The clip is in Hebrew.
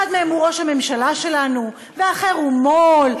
אחד מהם הוא ראש הממשלה שלנו והאחר הוא מו"ל,